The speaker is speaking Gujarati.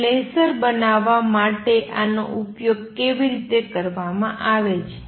હવે લેસર બનાવવા માટે આનો ઉપયોગ કેવી રીતે કરવામાં આવે છે